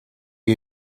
you